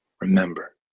remember